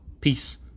peace